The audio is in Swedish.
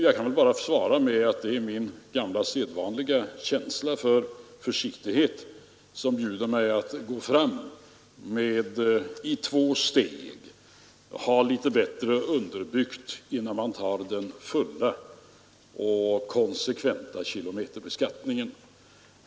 Jag kan bara svara med att det är min gamla, sedvanliga känsla för försiktighet som bjuder mig att gå fram i två steg och ha litet bättre underbyggt innan man tar den fulla och konsekventa kilometerbeskattningen.